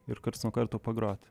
ir karts nuo karto pagroti